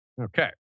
Okay